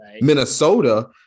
minnesota